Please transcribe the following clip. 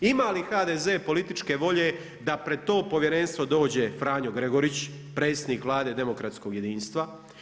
Ima li HDZ političke volje da pred to povjerenstvo dođe Frano Gregurić, predsjednik Vlade demokratskog jedinstva?